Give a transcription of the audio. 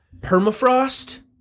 permafrost